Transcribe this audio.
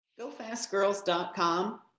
GoFastGirls.com